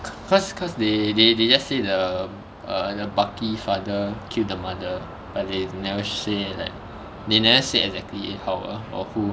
cause cause they they they just say the err the bucky father kill the mother but they never say like they never say exactly how ah or who